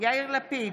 יאיר לפיד,